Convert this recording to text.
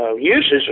uses